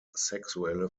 sexuelle